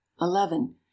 eleven